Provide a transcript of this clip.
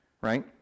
right